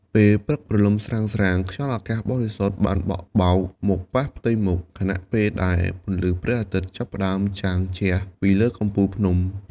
ពេលព្រឹកព្រលឹមស្រាងៗ ខ្យល់អាកាសបរិសុទ្ធបានបក់បោកមកប៉ះផ្ទៃមុខ ខណៈពេលដែលពន្លឺព្រះអាទិត្យចាប់ផ្តើមចាំងជះពីលើកំពូលភ្នំ។